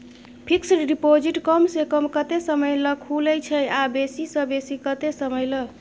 Fixed deposit कम स कम कत्ते समय ल खुले छै आ बेसी स बेसी केत्ते समय ल?